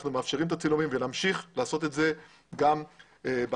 אנחנו מאפשרים את הצילומים ונמשיך לעשות את זה גם בעתיד,